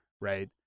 Right